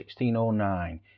1609